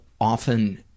often